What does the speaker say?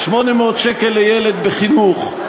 800 שקל לילד בחינוך,